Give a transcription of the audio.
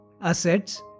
assets